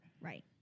Right